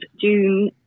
June